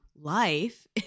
life